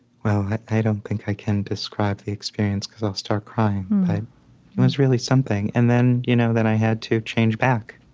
well, i don't think i can describe the experience because i'll start crying, but it was really something. and then you know then i had to change back,